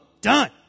Done